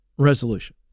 Resolution